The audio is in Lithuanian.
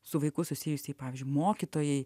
su vaiku susijusiai pavyzdžiui mokytojai